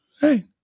Hey